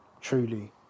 truly